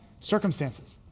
circumstances